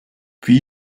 puis